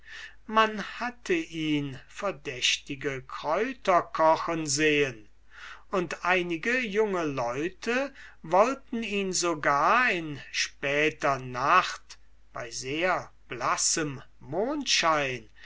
man hatte ihn verdächtige kräuter kochen gesehen und einige junge leute wollten ihn sogar in später nacht bei sehr blassem mondschein